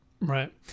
Right